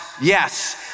yes